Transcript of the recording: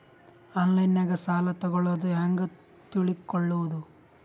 ಆನ್ಲೈನಾಗ ಸಾಲ ತಗೊಳ್ಳೋದು ಹ್ಯಾಂಗ್ ತಿಳಕೊಳ್ಳುವುದು?